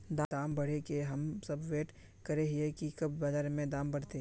दाम बढ़े के हम सब वैट करे हिये की कब बाजार में दाम बढ़ते?